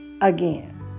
again